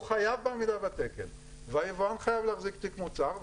הוא חייב בעמידה בתקן והיבואן חייב להחזיק תיק מוצר,